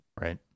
Right